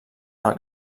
del